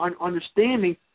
understanding